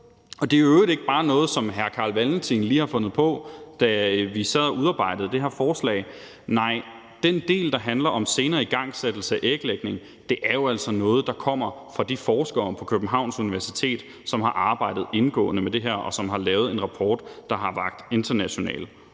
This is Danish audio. er i øvrigt ikke bare noget, som hr. Carl Valentin lige har fundet på, da vi sad og udarbejdede det her forslag. Den del, der handler om senere igangsættelse af æglægning, er altså noget, der kommer fra de forskere på Københavns Universitet, som har arbejdet indgående med det her, og som har lavet en rapport, som har vakt international